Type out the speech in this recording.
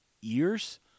years